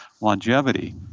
longevity